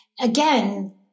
again